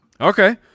Okay